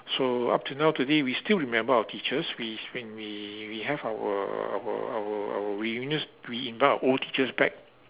so up till now today we still remember our teachers we when we we have our our our our reunions we invite our old teachers back